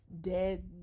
dead